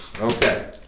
Okay